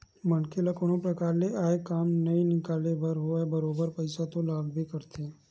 मनखे ल कोनो परकार ले आय काम ल निकाले बर होवय बरोबर पइसा तो लागबे करथे